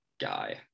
guy